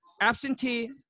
absentee